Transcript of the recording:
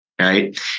right